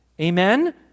Amen